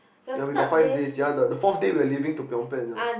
ya we got five days ya the the fourth day we are leaving to Phnom-Phen